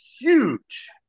huge